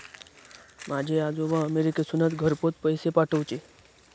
माझे आजोबा अमेरिकेतसून घरपोच पैसे पाठवूचे